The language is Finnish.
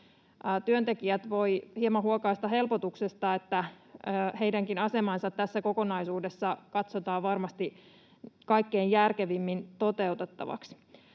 työntekijät voivat hieman huokaista helpotuksesta, että heidänkin asemansa tässä kokonaisuudessa katsotaan varmasti kaikkein järkevimmin toteutettavaksi.